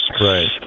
Right